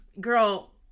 girl